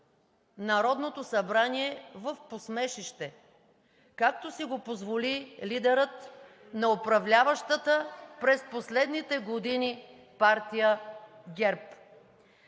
Народното събрание в посмешище, както си го позволи лидерът на управляващата през последните години партия ГЕРБ.